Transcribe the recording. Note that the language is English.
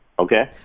okay.